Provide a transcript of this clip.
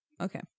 Okay